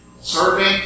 serving